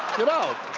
get out.